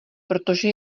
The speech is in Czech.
protože